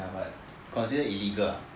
considered illegal ah